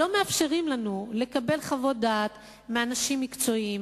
לא מאפשרים לנו לקבל חוות דעת מאנשים מקצועיים,